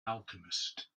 alchemist